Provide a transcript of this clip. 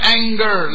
anger